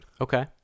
Okay